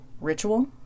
ritual